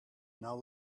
now